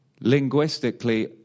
linguistically